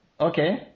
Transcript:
Okay